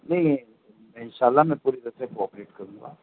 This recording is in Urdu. نہیں نہیں نہیں ان شاء اللہ میں پوری طرح سے کوآپریٹ کروں گا